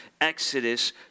Exodus